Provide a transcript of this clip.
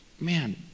man